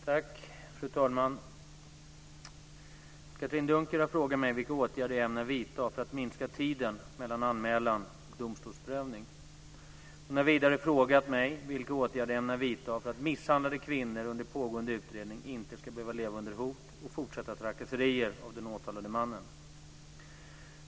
Fru talman! Anne-Katrine Dunker har frågat mig vilka åtgärder jag ämnar vidta för att minska tiden mellan anmälan och domstolsprövning. Hon har vidare frågat mig vilka åtgärder jag ämnar vidta för att misshandlade kvinnor under pågående utredning inte ska behöva leva under hot och fortsatta trakasserier av den åtalade mannen.